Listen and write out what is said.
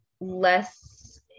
less